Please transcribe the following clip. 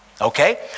okay